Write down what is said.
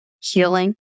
healing